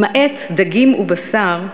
למעט דגים ובשר,